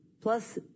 Plus